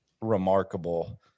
remarkable